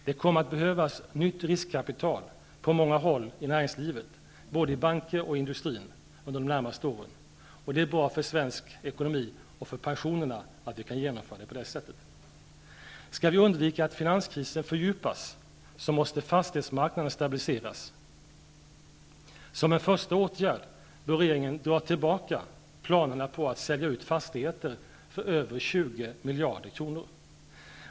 Det kommer att behövas nytt riskkapital på många håll i näringslivet, både i banker och inom industrin under de närmaste åren. Det är bra för svensk ekonomi och för pensionerna att vi kan göra på detta sätt. Skall vi undvika att finanskrisen fördjupas måste fastighetsmarknaden stabiliseras. Som en första åtgärd bör regeringen dra tillbaka planerna på att sälja ut fastigheter för över 20 miljarder kronor.